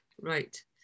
Right